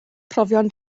profion